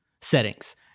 settings